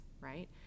right